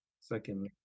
Second